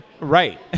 Right